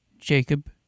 Jacob